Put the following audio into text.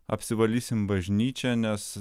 apsivalysim bažnyčią nes